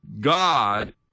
God